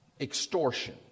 extortion